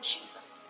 Jesus